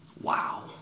Wow